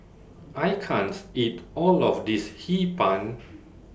I can't eat All of This Hee Pan